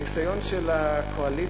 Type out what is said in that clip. הניסיון של הקואליציה,